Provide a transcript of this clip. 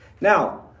Now